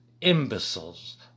imbeciles